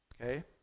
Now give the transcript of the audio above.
okay